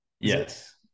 Yes